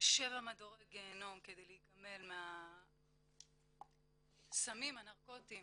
שבעה מדורי גיהינום כדי להיגמל מהסמים הנרקוטיים